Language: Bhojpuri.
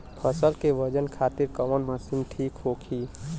फसल के वजन खातिर कवन मशीन ठीक होखि?